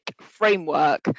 Framework